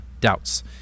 doubts